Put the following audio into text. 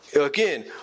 Again